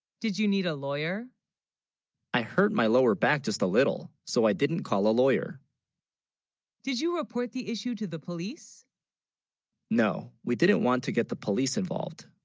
did you need a lawyer i hurt, my, lower back just a little so i didn't call a lawyer did you report the issue to the police no, we didn't, want to get the police involved